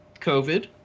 covid